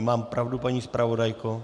Mám pravdu, paní zpravodajko?